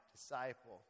disciple